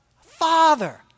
Father